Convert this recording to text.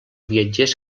viatgers